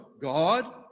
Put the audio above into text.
God